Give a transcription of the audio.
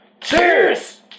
Cheers